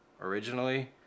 originally